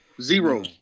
Zero